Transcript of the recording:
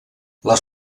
les